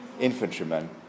infantrymen